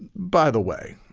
by the way,